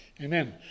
Amen